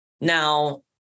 Now